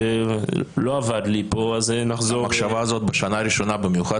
לא עבד לי פה אז נחזור --- המחשבה הזאת בשנה הראשונה במיוחד,